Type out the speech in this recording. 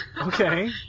Okay